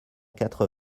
quatre